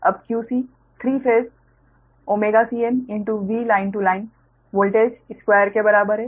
अब qc 3 phase cnVline to line voltage square के बराबर है